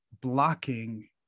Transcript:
blocking